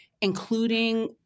including